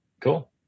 cool